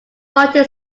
party